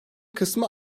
kısmı